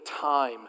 time